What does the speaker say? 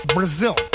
Brazil